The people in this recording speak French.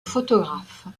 photographes